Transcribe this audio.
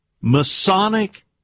Masonic